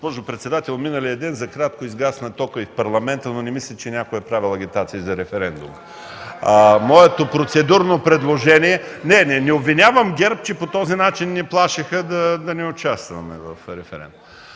Госпожо председател, миналия ден за кратко изгасна токът и в парламента, но не мисля, че някой е правил агитация за референдума. (Реплики от ГЕРБ.) Не, не обвинявам ГЕРБ, че по този начин ни плашеха да не участваме в референдума.